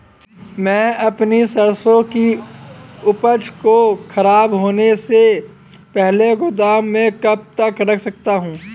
मैं अपनी सरसों की उपज को खराब होने से पहले गोदाम में कब तक रख सकता हूँ?